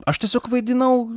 aš tiesiog vaidinau